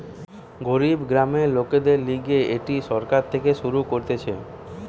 গরিব গ্রামের লোকদের লিগে এটি সরকার থেকে শুরু করতিছে